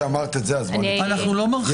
כשאמרת את זה אז בואו --- אנחנו לא מרחיבים את זה.